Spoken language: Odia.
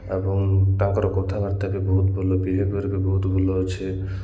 ଏବଂ ତାଙ୍କର କଥାବାର୍ତ୍ତା ବି ବହୁତ ଭଲ ବିହେବିଅର୍ ବି ବହୁତ ଭଲ ଅଛି